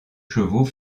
chevaux